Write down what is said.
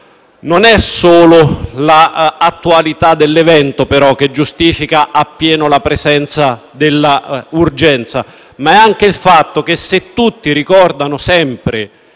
Non è solo l’attualità dell’evento, però, che giustifica appieno la presenza dell’urgenza, ma anche - tutti ricordano sempre